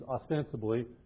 ostensibly